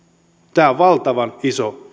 tämä on valtavan iso